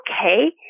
okay